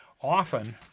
Often